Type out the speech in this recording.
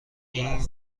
این